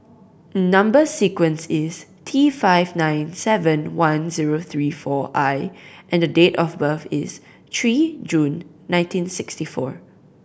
number sequence is T five nine seven one zero three four I and date of birth is three June nineteen sixty four